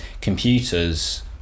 computers